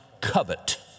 Covet